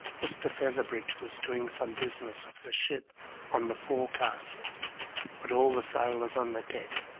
mr. featherbridge was doing some business of the ship on the forecastle but all the sailors on the deck,